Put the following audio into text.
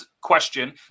question